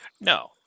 No